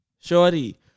Shorty